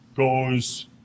Goes